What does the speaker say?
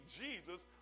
Jesus